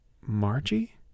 Margie